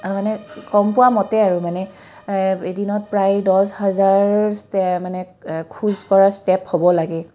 মানে গম পোৱা মতে আৰু মানে এদিনত প্ৰায় দহ হাজাৰ ষ্টেপ মানে খোজকঢ়া ষ্টেপ হ'ব লাগে